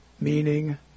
meaning